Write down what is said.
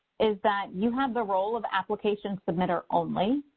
is that you have the role of application submitter only,